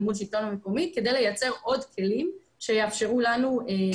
מול השלטון המקומי כדי לייצר עוד כלים שיאפשרו לנו גם